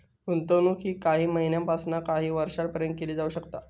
गुंतवणूक ही काही महिन्यापासून काही वर्षापर्यंत केली जाऊ शकता